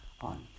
on